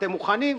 אתם מוכנים?